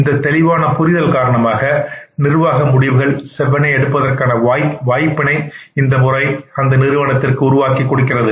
இந்தத் தெளிவான புரிதல் காரணமாக நிர்வாக முடிவுகள் செவ்வனே எடுப்பதற்கான வாய்ப்பை இந்தமுறை உருவாக்கிக் கொடுக்கின்றது